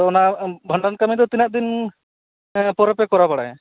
ᱚᱱᱟ ᱵᱷᱟᱱᱰᱟᱱ ᱠᱟᱹᱢᱤᱫᱚ ᱛᱤᱱᱟᱹᱜ ᱫᱤᱱ ᱯᱚᱨᱮ ᱯᱮ ᱠᱚᱨᱟᱣ ᱵᱟᱲᱟᱭᱟ